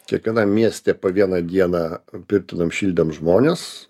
kiekvienam mieste po vieną dieną pirtinom šildėm žmones